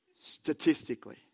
Statistically